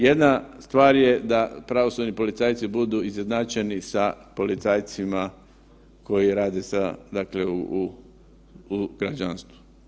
Jedna stvar je da pravosudni policajci budu izjednačeni sa policajcima koji rade sa dakle u građanstvu.